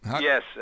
Yes